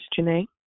Janae